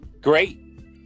Great